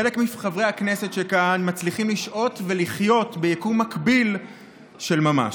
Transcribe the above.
חלק מחברי הכנסת שכאן מצליחים לשהות ולחיות ביקום מקביל של ממש.